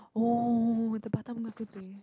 oh with the Batam bak-kut-teh